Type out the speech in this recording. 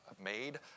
made